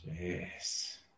yes